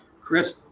Chris